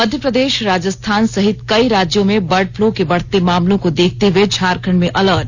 मध्यप्रदेश राजस्थान सहित कई राज्यों में बर्ड फ्लू के बढ़ते मामलों को देखते हुए झारखंड में अलर्ट